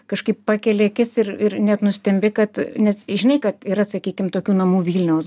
kažkaip pakeli akis ir ir net nustembi kad nes žinai kad yra sakykim tokių namų vilniaus